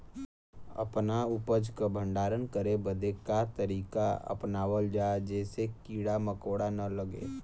अपना उपज क भंडारन करे बदे का तरीका अपनावल जा जेसे कीड़ा मकोड़ा न लगें?